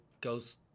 goes